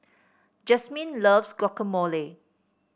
Jasmyne loves Guacamole